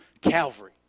Calvary